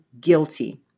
guilty